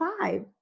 five